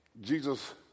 Jesus